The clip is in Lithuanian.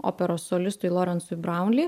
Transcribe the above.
operos solistui lorensui braunli